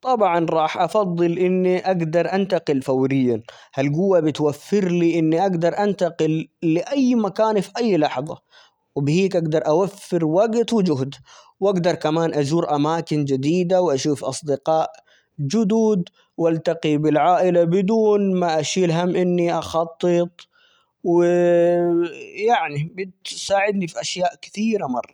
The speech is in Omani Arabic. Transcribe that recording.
طبعًا، راح أُفَضِّل إني أجدر أَنتقِل فوريًّا؛ هالجوة بتوفر لي إني أجدر أَنتقجل لأي مكان في أي لحظة، وبهيك أجدر أوفِّر وجت وجهد، وأجدر كمان أزور أماكن جديدة، وأشوف أصدقاء جدد، وألتقي بالعائلة بدون ما أَشِيل هم إني أُخطِّط و يعني، بتساعدني في أشياء كثيرة مرة.